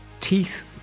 teeth